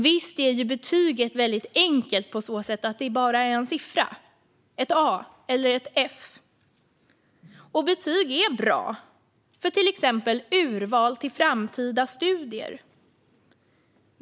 Visst är betyget väldigt enkelt på så sätt att det bara är en siffra eller en bokstav - ett A eller ett F. Och betyg är bra för till exempel urval till framtida studier.